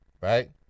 right